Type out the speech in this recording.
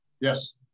Yes